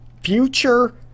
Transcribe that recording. future